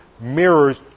mirrors